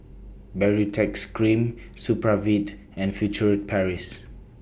Baritex Cream Supravit and Furtere Paris